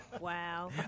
Wow